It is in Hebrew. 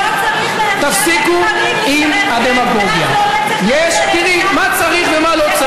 לא צריך לאפשר לגברים לסרב גט ואז לא צריך